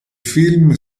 film